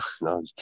No